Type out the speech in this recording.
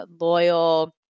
loyal